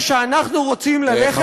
בעיני אנחנו מפלגה